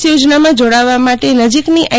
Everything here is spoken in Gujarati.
સ યોજનામાં જોડાવવા માટે નજીકની આઇ